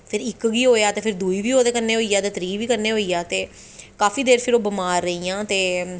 इक गी होआ ते फिर दूई गी बी ओह्दे कन्नै होआ त्री गी बी कन्नै होईया काफी देर फिर ओह् बमार रेहियां ते